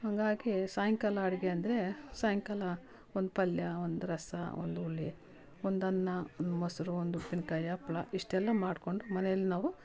ಹಂಗಾಗಿ ಸಾಯಂಕಾಲ ಅಡಿಗೆ ಅಂದರೆ ಸಾಯಂಕಾಲ ಒಂದು ಪಲ್ಯ ಒಂದು ರಸ ಒಂದು ಹುಳಿ ಒಂದುಅನ್ನ ಒಂದು ಮೊಸರು ಒಂದು ಉಪ್ಪಿನ್ಕಾಯಿ ಹಪ್ಪಳ ಇಷ್ಟೆಲ್ಲಾ ಮಾಡಿಕೊಂಡು ಮನೆಯಲ್ಲಿ ನಾವು